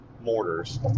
mortars